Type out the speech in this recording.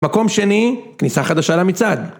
מקום שני, כניסה חדשה למצעד